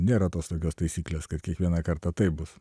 nėra tos tokios taisyklės kad kiekvieną kartą taip bus